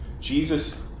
Jesus